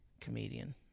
Comedian